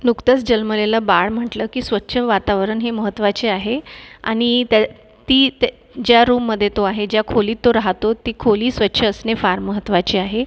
नुकतंच जन्मलेलं बाळ म्हटलं की स्वच्छ वातावरण हे महत्वाचे आहे आणि त्या ती ते ज्या रूममध्ये तो आहे ज्या खोलीत तो राहतो ती खोली स्वच्छ असणे फार महत्वाचे आहे